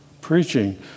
Preaching